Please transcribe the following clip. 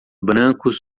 brancos